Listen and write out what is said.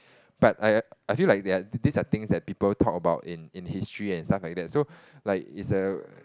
but I I I feel like there are this are things that people talk about in in history and stuff like that so like is a